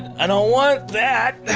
i don't want that.